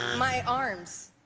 my arms.